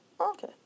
Okay